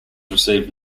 received